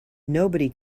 nobody